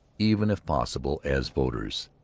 even, if possible, as voters.